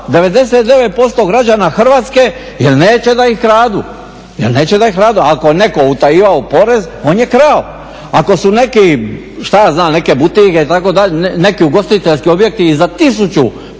99% građana Hrvatske jer neće da ih kradu, jer neće da ih kradu. Ako je netko utajivao porez, on je krao. Ako su neki, šta ja znam neke butige, neki ugostiteljski objekti za 1000%